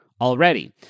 already